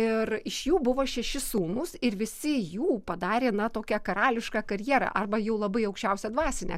ir iš jų buvo šeši sūnūs ir visi jų padarė na tokia karališką karjerą arba jau labai aukščiausią dvasinę